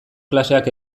klaseak